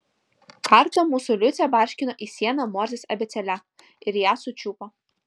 kartą mūsų liucė barškino į sieną morzės abėcėle ir ją sučiupo